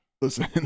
Listen